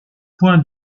points